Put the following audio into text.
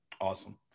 awesome